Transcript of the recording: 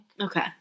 Okay